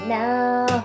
now